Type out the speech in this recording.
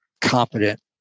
competent